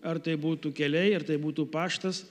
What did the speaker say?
ar tai būtų keliai ar tai būtų paštas